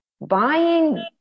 buying